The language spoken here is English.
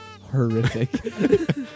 Horrific